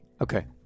okay